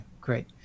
great